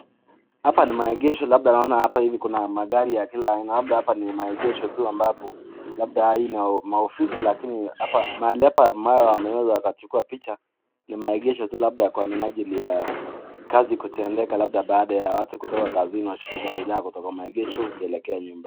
Hapa ni maegesho, hapa naona kuna magari ya labda kila aina, labda hapa ni magesho tu ambapo labda hii ni maofisi lakini mahali hapa ambayo wakachukua picha , ni maegesho tu labda kwa minajili ya kazi kutendeka labda baada ya watu kutoka kazini unashika gari lako kutoka maegesho ukielekea nyumbani.